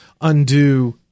undo